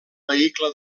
vehicle